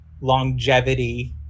longevity